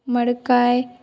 मडकाय